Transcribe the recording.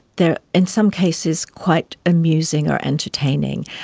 they're in some cases quite amusing or entertaining.